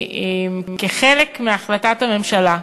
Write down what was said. כחלק מהחלטת הממשלה,